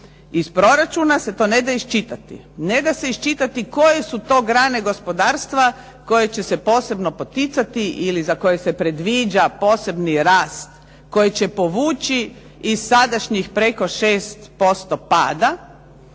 Iz proračuna se to neda iščitati. Ne da iščitati koje su to grane gospodarstva koje će se posebno poticati ili za koje se predviđa posebni rast koje će povući iz sadašnjih preko 6% pada